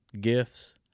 gifts